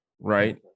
right